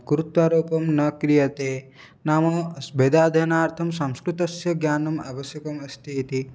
कृत्वारोपं न क्रियते नाम अस्य वेदाध्ययनार्थं संस्कृतस्य ज्ञानम् आवश्यकम् अस्ति इति